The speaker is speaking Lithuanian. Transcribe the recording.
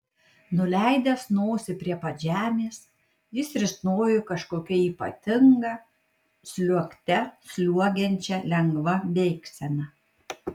nuleidęs nosį prie pat žemės jis risnojo kažkokia ypatinga sliuogte sliuogiančia lengva bėgsena